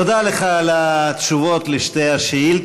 תודה לך על התשובות על שתי השאילתות,